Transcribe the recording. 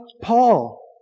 Paul